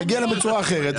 אפשר להגיע אליהם בצורה אחרת.